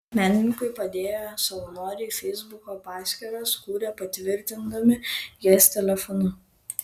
menininkui padėję savanoriai feisbuko paskyras kūrė patvirtindami jas telefonu